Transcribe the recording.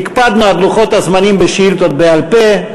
הקפדנו על לוחות הזמנים בשאילתות בעל-פה,